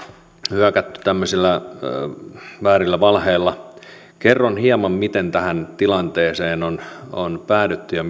hyökätty tämmöisillä väärillä valheilla kerron hieman miten tähän tilanteeseen on on päädytty ja